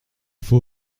faut